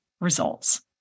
results